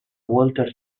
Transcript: walter